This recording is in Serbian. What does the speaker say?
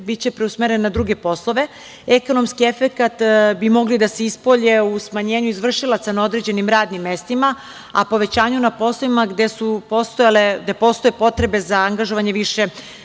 biće preusmeren na druge poslove. Ekonomski efekti bi mogli da se ispolje u smanjenju izvršilaca na određenim radnim mestima, a povećanje na poslovima gde postoje potrebe za angažovanjem više